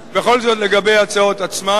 בכל זאת, לגבי ההצעות עצמן,